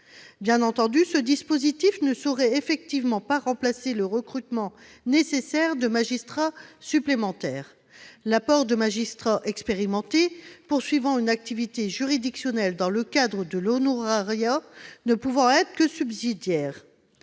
Bien entendu, ce dispositif ne saurait effectivement pas remplacer le recrutement nécessaire de magistrats supplémentaires, l'apport de magistrats expérimentés poursuivant une activité juridictionnelle dans le cadre de l'honorariat ne pouvant être que subsidiaire.